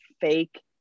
fake